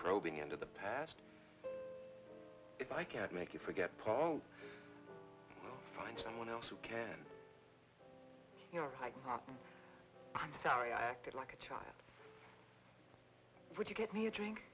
probing into the past if i can't make you forget paul find someone else who can hide i'm sorry i acted like a child would you give me a drink